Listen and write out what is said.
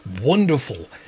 wonderful